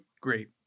great